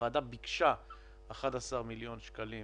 הוועדה ביקשה 11 מיליון שקלים